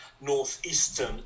northeastern